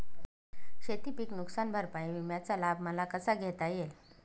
शेतीपीक नुकसान भरपाई विम्याचा लाभ मला कसा घेता येईल?